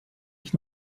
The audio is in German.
ich